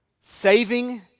saving